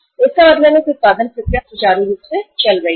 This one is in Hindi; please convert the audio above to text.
तो इसका मतलब है कि उत्पादन प्रक्रिया सुचारू रूप से चल रही है